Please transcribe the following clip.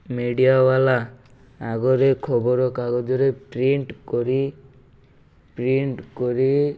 ମିଡିଆବାଲା ଆଗରେ ଖବର କାଗଜରେ ପ୍ରିଣ୍ଟ କରି ପ୍ରିଣ୍ଟ କରି